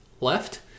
left